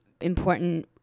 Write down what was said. important